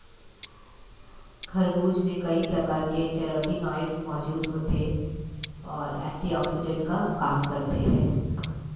खरबूज में कई प्रकार के कैरोटीनॉयड मौजूद होते और एंटीऑक्सिडेंट का काम करते हैं